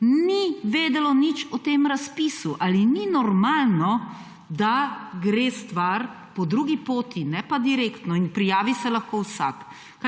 ni vedelo nič o tem razpisu. Ali ni normalno, da gre stvar po drugi poti, ne pa direktno? In prijavi se lahko vsak.